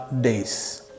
days